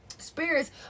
spirits